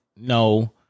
no